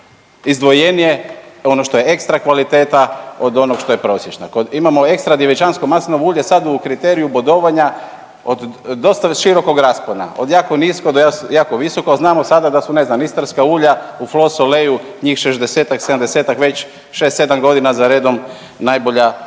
izdvojenije ono što je ekstra kvaliteta od onog što je prosječna. Imamo ekstra djevičansko maslinovo ulje sad u kriteriju bodovanja od dosta širokog raspona od jako nisko do jako visoko, a znamo sada da su ne znam istarska ulja u Flo soleju njih šezdesetak, sedamdesetak